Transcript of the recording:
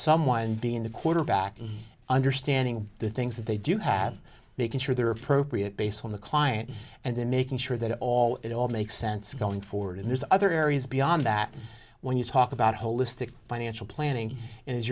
someone being the quarterback and understanding the things that they do have making sure they're appropriate based on the client and then making sure that all in all makes sense going forward and there's other areas beyond that when you talk about holistic financial planning